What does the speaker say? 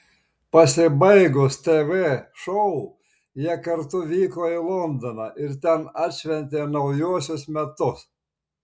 pasibaigus tv šou jie kartu vyko į londoną ir ten atšventė naujuosius metus